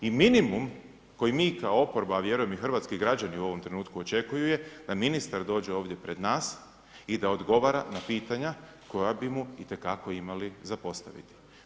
I minimum, koji mi kao oporba, a vjerujem i Hrvatski građani u ovom trenutku očekuju, je, da ministar dođe ovdje pred nas i da odgovara na pitanja, koja bi mu itekako imali za postaviti.